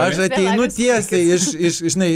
aš ateinu tiesiai iš iš žinai